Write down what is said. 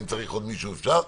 אם צריך עוד מישהו אפשר.